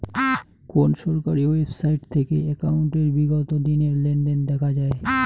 কোন সরকারি ওয়েবসাইট থেকে একাউন্টের বিগত দিনের লেনদেন দেখা যায়?